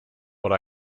what